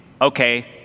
Okay